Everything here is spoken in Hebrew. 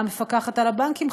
המפקחת על הבנקים,